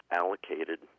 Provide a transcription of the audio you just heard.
allocated